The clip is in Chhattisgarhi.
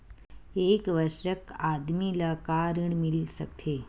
एक वयस्क आदमी ल का ऋण मिल सकथे?